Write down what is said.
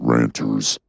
Ranters